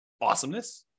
Awesomeness